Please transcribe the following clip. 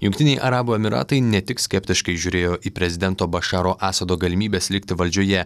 jungtiniai arabų emyratai ne tik skeptiškai žiūrėjo į prezidento bašaro asado galimybes likti valdžioje